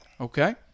Okay